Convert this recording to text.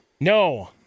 No